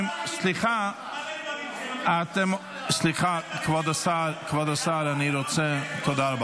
עכשיו אני מבין שזו לא הייתה טעות לשונית כשאמרת להפריח שקרים.